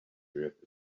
earth